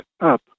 up